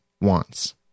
wants